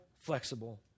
flexible